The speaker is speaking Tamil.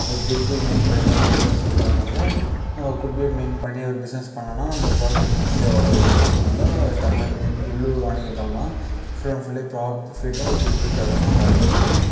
ஒரு குட்வில் மீன் பண்ணிதான் ஒரு பிஸ்னஸ் இருப்பாங்க அதனால் நம்ம குட்வில் மீன் பண்ணி ஒரு பிஸ்னஸ் பண்ணிணோன்னா நம்ம ப்ராஃபிட் ஈஸியாக வளர வைக்கலாம் அதனால் தமிழ்நாடு உள்ளூர் வாணிகர்கள்லாம் ஃபுல் அண்ட் ஃபுல்லி ப்ராஃபிட்டும் ஒரு குட்வில்காகதான் உழைக்கிறாங்க